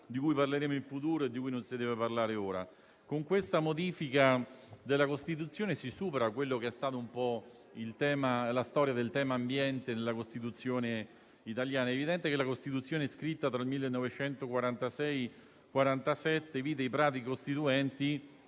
di cui parleremo in futuro e di cui non si deve parlare ora. Con la modifica della Costituzione al nostro esame, invece, si supera la storia del tema dell'ambiente nella Costituzione italiana. È evidente che la Costituzione, scritta tra il 1946 e il 1947, vide i padri costituenti